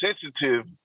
sensitive